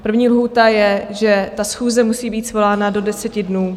První lhůta je, že ta schůze musí být svolána do deseti dnů.